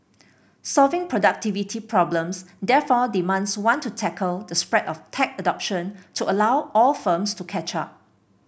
solving productivity problems therefore demands one to tackle the spread of tech adoption to allow all firms to catch up